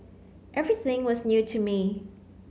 everything was new to me